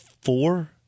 Four